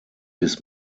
bis